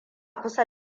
kusa